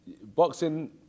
Boxing